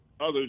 others